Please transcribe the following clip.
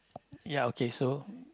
ya okay so